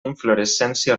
inflorescència